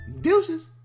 Deuces